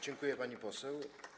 Dziękuję, pani poseł.